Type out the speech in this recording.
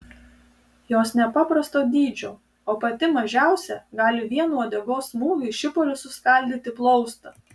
jos nepaprasto dydžio o pati mažiausia gali vienu uodegos smūgiu į šipulius suskaldyti plaustą